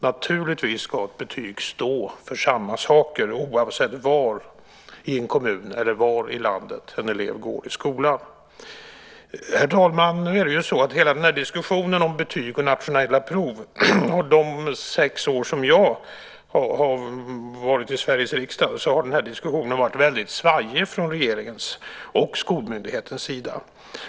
Naturligtvis ska betyg stå för samma saker, oavsett var i en kommun eller var i landet en elev går i skolan. Herr talman! Hela diskussionen om betyg och nationella prov under de sex år som jag har varit i Sveriges riksdag har varit väldigt svajig från regeringens och skolmyndighetens sida.